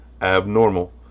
abnormal